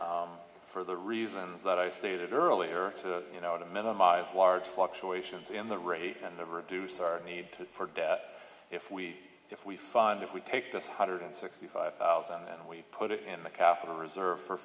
for the reasons that i stated earlier to you know to minimize large fluctuations in the rate and to reduce our need to for debt if we if we fund if we take this hundred sixty five thousand and we put it in the capital reserve for